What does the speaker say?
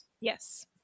Yes